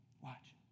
Watch